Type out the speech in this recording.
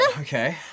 Okay